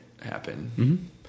happen